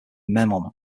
memnon